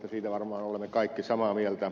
siitä varmaan olemme kaikki samaa mieltä